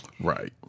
Right